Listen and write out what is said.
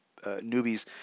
newbies